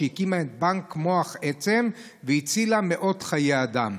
שהקימה את בנק מוח העצם והצילה מאות חיי אדם.